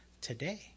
today